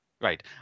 Right